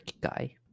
guy